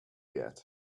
yet